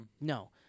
No